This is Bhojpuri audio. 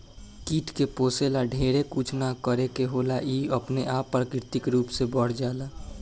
कीट के पोसे ला ढेरे कुछ ना करे के होला इ अपने आप प्राकृतिक रूप से बढ़ जाला